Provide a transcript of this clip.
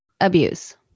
Abuse